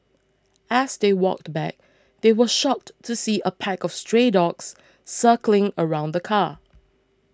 as they walked back they were shocked to see a pack of stray dogs circling around the car